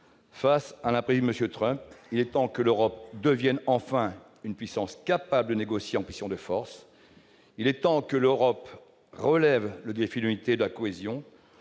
face à l'imprévisible M. Trump, il est temps que l'Europe devienne enfin une puissance capable de négocier en position de force. Il est temps que l'Europe relève le défi de l'unité et de la cohésion